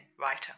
writer